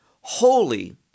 holy